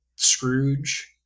scrooge